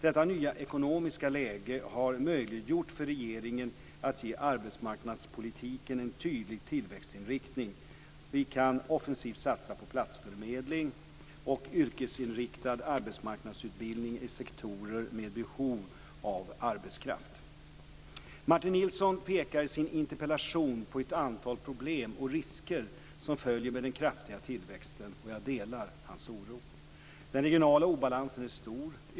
Detta nya ekonomiska läge har möjliggjort för regeringen att ge arbetsmarknadspolitiken en tydlig tillväxtinriktning. Vi kan offensivt satsa på platsförmedling och yrkesinriktad arbetsmarknadsutbildning i sektorer med behov av arbetskraft. Martin Nilsson pekar i sin interpellation på ett antal problem och risker som följer med den kraftiga tillväxten. Jag delar hans oro. Den regionala obalansen är stor.